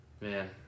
Man